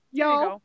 y'all